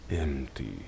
empty